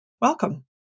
Welcome